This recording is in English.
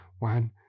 One